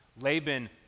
Laban